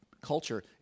culture